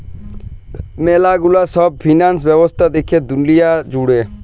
ম্যালা গুলা সব ফিন্যান্স ব্যবস্থা দ্যাখে দুলিয়া জুড়ে